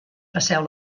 passeu